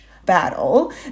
Battle